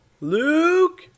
Luke